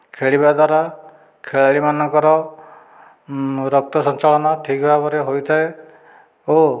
ଖେଳିବା ଦ୍ଵାରା ଖେଳାଳି ମାନଙ୍କର ରକ୍ତ ସଞ୍ଚାଳନ ଠିକ ଭାବରେ ହୋଇଥାଏ ଓ